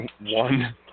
one